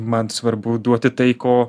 man svarbu duoti tai ko